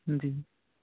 جی